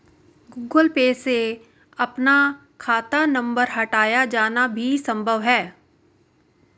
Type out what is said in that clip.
Google Pay से अपना खाता नंबर हटाया जाना भी संभव है